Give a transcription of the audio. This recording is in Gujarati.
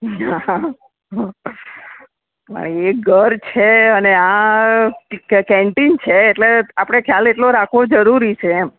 હાં હાં હાં યહ ઘર છે અને આ કેન્ટીન છે એટલે આપણે ખ્યાલ એટલો રાખવો જરૂરી છે એમ